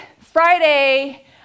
Friday